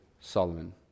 Solomon